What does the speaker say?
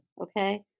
okay